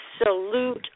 absolute